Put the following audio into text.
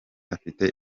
afite